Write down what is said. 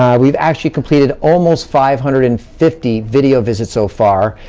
um we've actually completed almost five hundred and fifty video visits so far.